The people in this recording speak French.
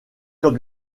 comme